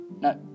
No